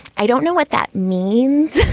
i don't know what that means,